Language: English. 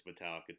Metallica